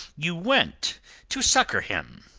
you went to succour him?